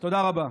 תודה רבה.